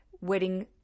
wedding